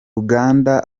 ugakanda